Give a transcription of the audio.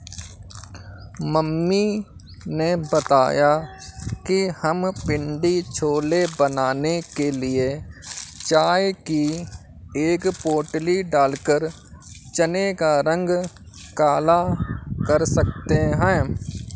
mummy ने बताया कि हम पिण्डी छोले बनाने के लिए चाय की एक पोटली डालकर चने का रंग काला कर सकते हैं